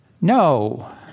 No